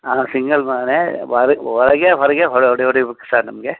ಹಾಂ ಸಿಂಗಲ್ ಮನೆ ಒಳಗೆ ಹೊರಗೆ ಹೊಡಿ ಹೊಡಿ ಹೊಡೀಬೇಕ್ ಸರ್ ನಮಗೆ